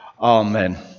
Amen